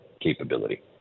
capability